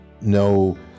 No